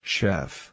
Chef